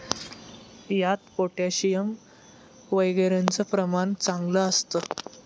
यात पोटॅशियम वगैरेचं प्रमाण चांगलं असतं